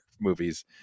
movies